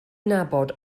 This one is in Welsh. nabod